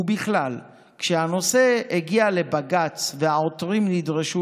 ובכלל כשהנושא הגיע לבג"ץ והעותרים נדרשו